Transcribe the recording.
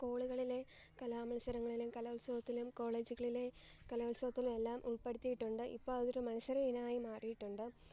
സ്കൂളുകളിലെ കലാമത്സരങ്ങളിലും കലോത്സവത്തിലും കോളേജുകളിലെ കലോത്സവത്തിലും എല്ലാം ഉൾപ്പെടുത്തിയിട്ടുണ്ട് ഇപ്പോൾ അതൊരു മത്സര ഇനമായി മാറിയിട്ടുണ്ട്